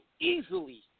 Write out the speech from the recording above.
easily